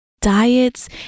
Diets